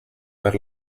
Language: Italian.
per